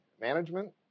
management